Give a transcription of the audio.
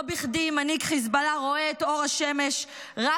לא בכדי מנהיג חיזבאללה רואה את אור השמש רק